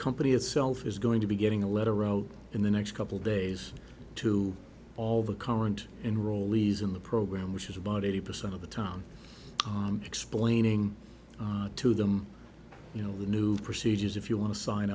company itself is going to be getting a letter wrote in the next couple days to all the current enrollees in the program which is about eighty percent of the time on explaining to them you know the new procedures if you want to sign